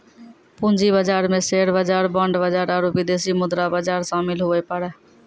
पूंजी बाजार मे शेयर बाजार बांड बाजार आरू विदेशी मुद्रा बाजार शामिल हुवै पारै